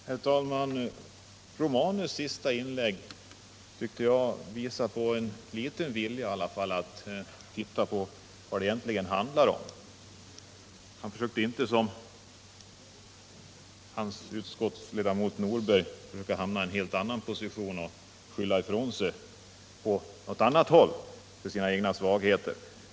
Nr 28 Herr talman! Gabriel Romanus senaste inlägg tyckte jag visade på i varje fall någon vilja att titta på vad det egentligen handlar om. Han försökte inte som hans utskottskamrat Nordberg skylla ifrån sig sina egna svagheter.